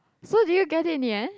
so did you get it in the end